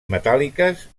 metàl·liques